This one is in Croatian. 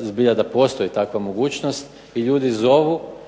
zbilja da postoji takva mogućnost i ljudi zovu